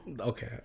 okay